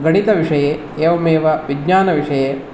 गणितविषये एवमेव विज्ञानविषये